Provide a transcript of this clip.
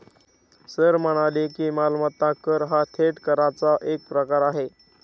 sir म्हणाले की, मालमत्ता कर हा थेट कराचा एक प्रकार आहे